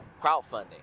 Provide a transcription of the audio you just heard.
crowdfunding